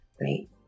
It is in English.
Right